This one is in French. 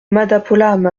madapolam